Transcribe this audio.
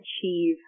achieve